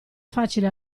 facile